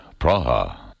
Praha